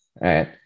right